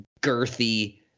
girthy